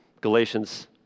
Galatians